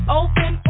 open